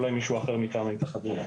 אולי מישהו אחר מטעם ההתאחדות.